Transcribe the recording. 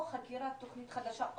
או חקירה של תוכנית חדשה,